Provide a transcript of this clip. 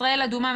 ישראל אדומה,